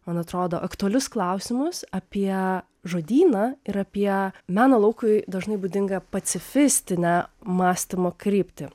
man atrodo aktualius klausimus apie žodyną ir apie meno laukui dažnai būdingą pacifistinę mąstymo kryptį